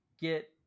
get